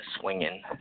swinging